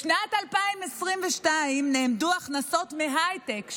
בשנת 2022 נאמדו הכנסות מהייטק,